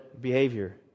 behavior